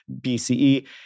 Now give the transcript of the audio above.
BCE